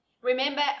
Remember